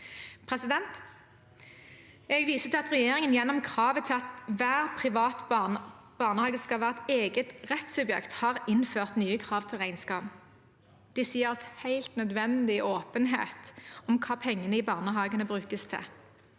gjør. Jeg viser til at regjeringen gjennom kravet om at hver privat barnehage skal være et eget rettssubjekt, har innført nye krav til regnskap. Disse gir oss helt nødvendig åpenhet om hva pengene i barnehagene brukes til.